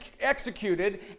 executed